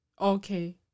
Okay